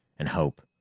and hope.